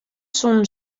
soene